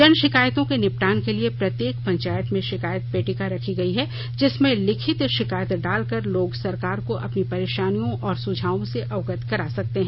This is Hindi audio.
जन शिकायतों के निपटान के लिए प्रत्येक पंचायत में शिकायत पेटिका रखी गई है जिसमें लिखित शिकायत डालकर लोग सरकार को अपनी परेशानियों और सुझावों से अवगत करा सकते हैं